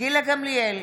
גילה גמליאל,